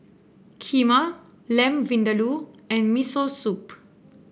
Kheema Lamb Vindaloo and Miso Soup